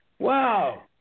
Wow